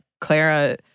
Clara